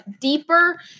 deeper